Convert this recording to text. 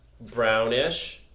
brownish